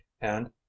and